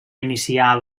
iniciar